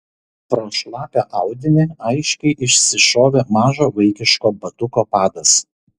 pro šlapią audinį aiškiai išsišovė mažo vaikiško batuko padas